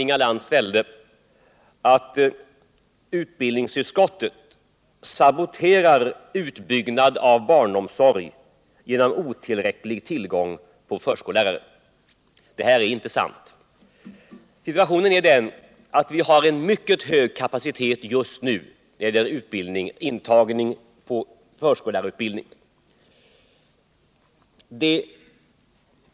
Inga Lantz sade att utbildningsutskottet saboterar utbyggnaden av barnomsorgsverksamheten genom otillräcklig tillgång på förskolelärare. Det är inte sant. Situationen är den att vi just nu har en mycket hög kapacitet när det gäller intagningen till förskollärarutbildning.